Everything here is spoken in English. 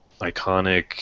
iconic